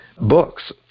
Books